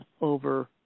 over